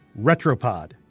Retropod